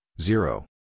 zero